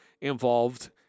involved